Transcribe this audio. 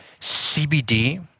CBD